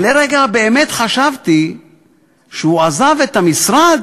לרגע באמת חשבתי שהוא עזב את המשרד